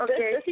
Okay